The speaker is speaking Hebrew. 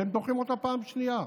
ואתם דוחים אותה פעם שנייה.